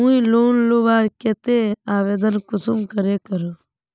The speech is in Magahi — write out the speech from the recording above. मुई लोन लुबार केते आवेदन कुंसम करे करूम?